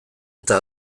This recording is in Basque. eta